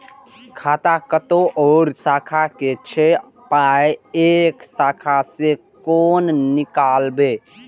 खाता कतौ और शाखा के छै पाय ऐ शाखा से कोना नीकालबै?